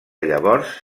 llavors